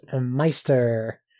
Meister